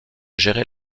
gérer